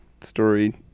story